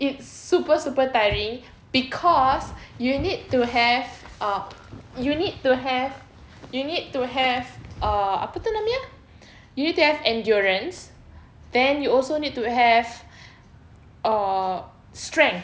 it's super super tiring cause you need to have uh you need to have you need to have uh apa tu namanya you need to have endurance then you also need to have err strength